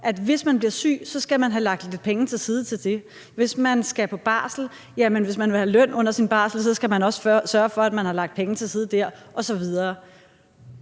at hvis man bliver syg, skal man have lagt lidt penge til side til det; hvis man skal på barsel, skal man, hvis man vil have løn under sin barsel, også sørge for, at man har lagt penge til side dér osv.